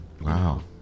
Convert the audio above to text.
Wow